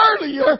earlier